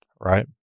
Right